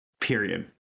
period